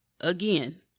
again